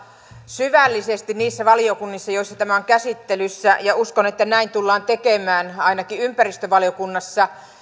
syvällisesti niissä valiokunnissa joissa tämä on käsittelyssä ja uskon että näin tullaan tekemään ainakin ympäristövaliokunnassa